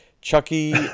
chucky